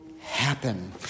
happen